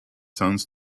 sons